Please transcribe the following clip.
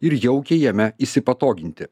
ir jaukiai jame įsipatoginti